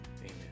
Amen